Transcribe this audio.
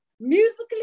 musically